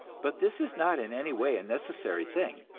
but this is not in any way a necessary thing.